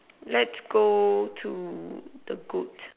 lets go to the goods